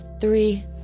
Three